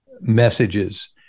messages